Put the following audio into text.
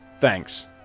Thanks